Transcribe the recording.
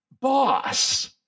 Boss